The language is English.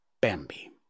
Bambi